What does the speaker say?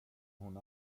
hon